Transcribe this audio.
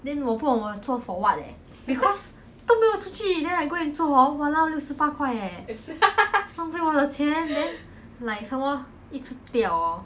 then 我不懂我做 for what leh because 都没有出去 then I go and 做 hor !walao! 六十八块 eh 浪费我的钱 then like some more 一直掉 orh